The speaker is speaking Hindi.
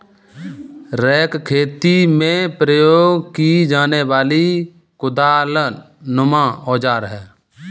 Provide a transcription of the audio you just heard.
रेक खेती में प्रयोग की जाने वाली कुदालनुमा औजार है